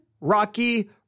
Rocky